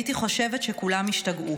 הייתי חושבת שכולם השתגעו.